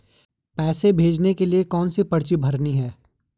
पैसे भेजने के लिए कौनसी पर्ची भरनी है?